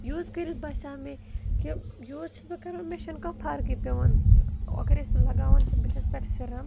use کٔرِتھ باسیٛو مےٚ کہِ یوٗز چھَس بہٕ کَران مےٚ چھَ نہٕ کانٛہہ فرقٕے پیٚوان اگر أسۍ لَگاوان چھِ بٕتھِس پیٚٹھ سِرَم